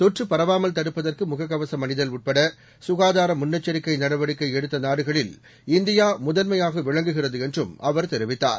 தொற்றுபரவாமல்தடுப்பதற்குமுகக்கவசம்அணிதல்உள் பட்சுகாதாரமுன்னெச்சரிக்கைநடவடிக்கைஎடுத்தநாடுக ளில்இந்தியாமுதன்மையாகவிளங்குகிறதுஎன்றும்அவர் தெரிவித்தார்